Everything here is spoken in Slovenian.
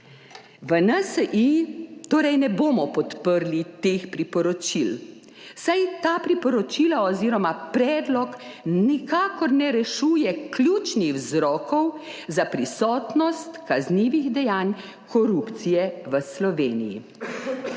V NSi torej ne bomo podprli teh priporočil, saj ta priporočila oz. predlog nikakor ne rešuje ključnih vzrokov za prisotnost kaznivih dejanj korupcije v Sloveniji.